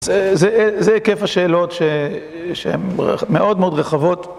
זה היקף השאלות שהן מאוד מאוד רחבות.